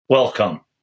Welcome